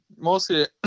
mostly